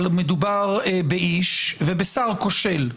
אבל מדובר באיש ובשר כושל.